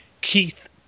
Keith